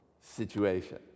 situation